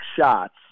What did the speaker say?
shots